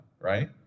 right